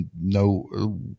no